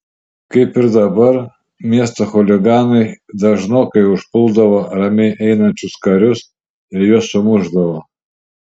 kaip ir dabar miesto chuliganai dažnokai užpuldavo ramiai einančius karius ir juos sumušdavo